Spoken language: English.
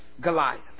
Goliath